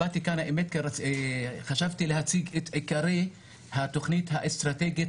חשבתי להציג את עיקרי התוכנית האסטרטגית